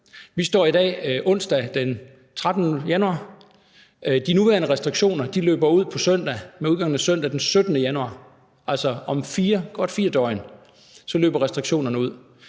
Det er i dag onsdag den 13. januar. De nuværende restriktioner løber ud på søndag med udgangen af søndag den 17. januar, altså om godt fire døgn løber restriktionerne ud.